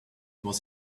was